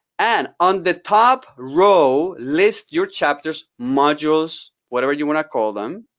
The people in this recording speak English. and on the top row, list your chapters, modules, whatever you want to call them.